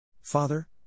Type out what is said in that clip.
Father